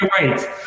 right